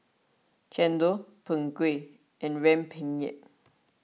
Chendol Png Kueh and Rempeyek